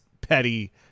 petty